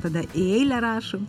tada į eilę rašom